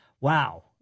Wow